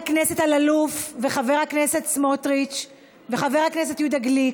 חבר הכנסת אלאלוף וחבר הכנסת סמוטריץ וחבר הכנסת יהודה גליק,